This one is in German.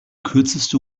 kürzeste